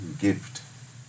gift